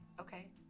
okay